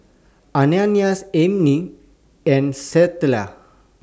Ananias Aimee and Stella